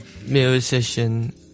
musician